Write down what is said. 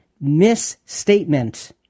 misstatement